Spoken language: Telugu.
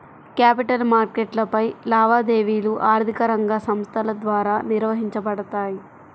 క్యాపిటల్ మార్కెట్లపై లావాదేవీలు ఆర్థిక రంగ సంస్థల ద్వారా నిర్వహించబడతాయి